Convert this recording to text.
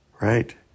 right